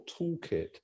toolkit